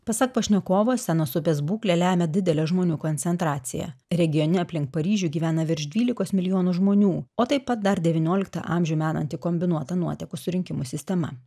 pasak pašnekovo senos upės būklę lemia didelė žmonių koncentracija regione aplink paryžių gyvena virš dvylikos milijonų žmonių o taip pat dar devynioliktą amžių menanti kombinuota nuotekų surinkimo sistema